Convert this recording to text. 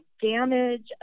damage